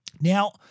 Now